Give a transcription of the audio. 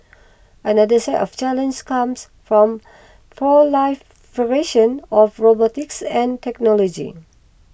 another set of challenges comes from proliferation of robotics and technology